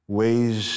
ways